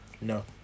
No